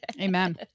Amen